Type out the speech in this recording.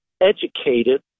educated